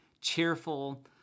cheerful